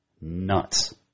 Nuts